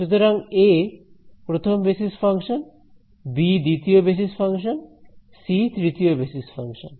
সুতরাং এ প্রথম basis function B দ্বিতীয় বেসিস ফাংশন সি তৃতীয় বেসিস ফাংশন